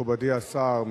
מכובדי השר,